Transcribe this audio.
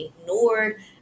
ignored